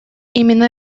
именно